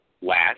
Last